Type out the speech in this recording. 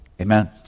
Amen